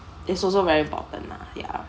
is also very important lah yeah